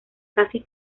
casi